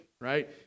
right